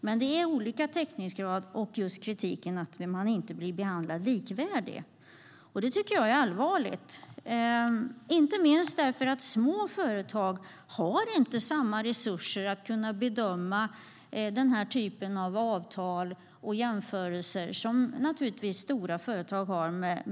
Men det är olika täckningsgrad, och kritiken gäller att man inte blir behandlad likvärdigt. Jag tycker att detta är allvarligt, inte minst därför att små företag inte har samma resurser att kunna bedöma denna typ av avtal och göra jämförelser som stora företag har.